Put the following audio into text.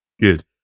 good